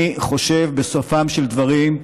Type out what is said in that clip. בסופם של דברים,